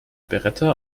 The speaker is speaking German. beretta